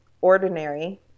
ordinary